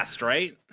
Right